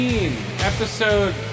episode